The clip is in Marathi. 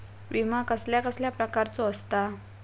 विमा कसल्या कसल्या प्रकारचो असता?